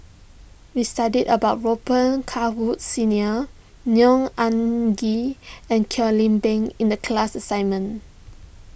we studied about Robet Carr Woods Senior Neo Anngee and Kwek Leng Beng in the class assignment